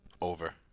Over